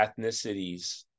ethnicities